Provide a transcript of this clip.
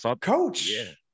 Coach